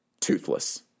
Toothless